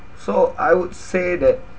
so I would say that